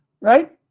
right